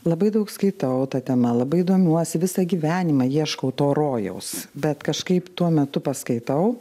labai daug skaitau ta tema labai domiuosi visą gyvenimą ieškau to rojaus bet kažkaip tuo metu paskaitau